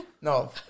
No